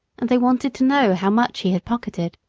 and they wanted to know how much he had pocketed.